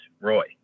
Roy